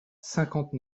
cinquante